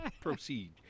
Proceed